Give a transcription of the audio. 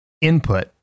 input